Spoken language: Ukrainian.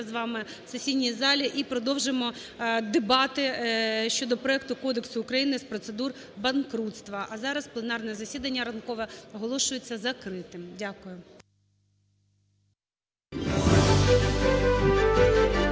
з вами в сесійній залі і продовжимо дебати щодо проекту Кодексу України з процедур банкрутства. А зараз пленарне засідання ранкове оголошується закритим. Дякую.